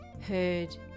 heard